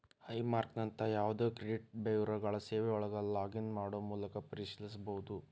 high ಮಾರ್ಕ್ನಂತ ಯಾವದೇ credit ಬ್ಯೂರೋಗಳ ಸೇವೆಯೊಳಗ ಲಾಗ್ ಇನ್ ಮಾಡೊ ಮೂಲಕ ಪರಿಶೇಲಿಸಬೋದ